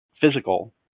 physical